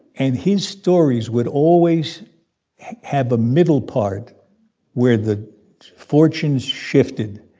and his stories would always have a middle part where the fortunes shifted.